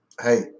hey